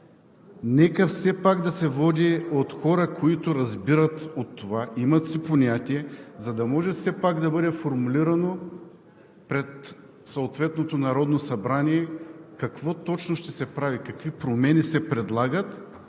нека да се води от хора, които разбират от това, имат понятие, за да може все пак да бъде формулирано пред съответното Народно събрание какво точно ще се прави, какви промени се предлагат